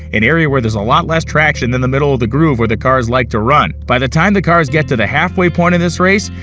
an area where there's a lot less traction than the middle of the groove where the cars like to run. by the time the cars get to the halfway point in this race,